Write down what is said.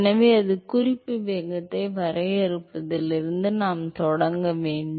எனவே குறிப்பு வேகத்தை வரையறுப்பதில் இருந்து நாம் தொடங்க வேண்டும்